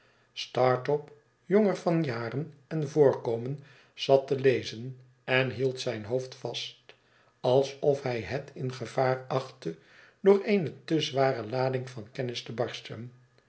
startop jonger vanjaren en voorkomen zat te lezen en hield zijn hoofd vast alsof hij het in gevaar achtte door eene te zware lading van kennis te barsten